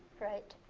right?